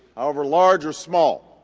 however large or small,